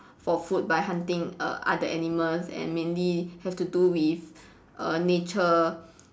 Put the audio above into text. for food by hunting err other animals and mainly have to do with err nature